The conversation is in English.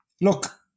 Look